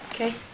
Okay